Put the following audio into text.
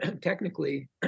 Technically